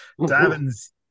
Davin's